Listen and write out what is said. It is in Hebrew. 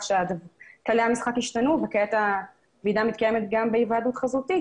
שכללי המשחק השתנו וכעת הוועידה מתקיימת גם בהיוועדות חזותית.